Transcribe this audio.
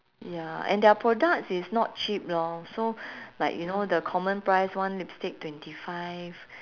ya and their products is not cheap lor so like you know the common price one lipstick twenty five